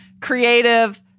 creative